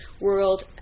world